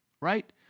right